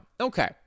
Okay